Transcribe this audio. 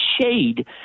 shade